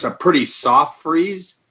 ah pretty soft freeze.